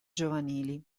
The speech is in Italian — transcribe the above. giovanili